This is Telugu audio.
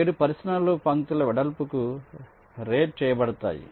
7 పరిశీలనలు పంక్తుల వెడల్పుకు రేట్ చేయబడతాయి